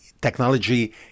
Technology